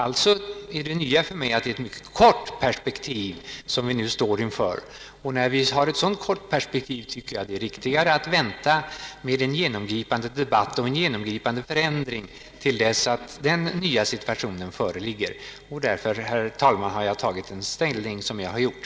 Det nya är alltså för mig att det är ett mycket kort perspektiv vi står inför. När vi har ett sådant kort perspektiv tycker jag det är riktigare att vänta med en genomgripande debatt och en genomgripande förändring till dess att den nya situationen föreligger. Därför, herr talman, har jag intagit denna ståndpunkt.